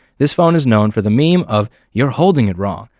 this phone is known for the meme of you're holding it wrong!